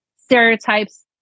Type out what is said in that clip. stereotypes